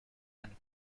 and